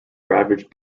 ravaged